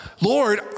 Lord